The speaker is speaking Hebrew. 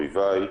ברביבאי: